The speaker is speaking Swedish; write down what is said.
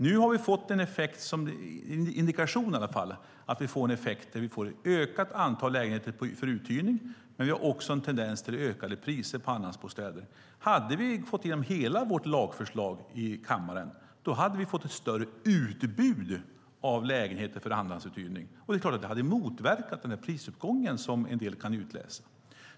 Nu har det gett effekt, eller vi har en indikation i alla fall, genom att vi får ett ökat antal lägenheter för uthyrning. Samtidigt har vi en tendens till ökade priser på andrahandsbostäder. Hade vi fått igenom hela vårt lagförslag i kammaren skulle vi ha fått ett större utbud av lägenheter för andrahandsuthyrning. Det är klart att det hade motverkat den prisuppgång som en del kan utläsa.